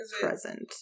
Present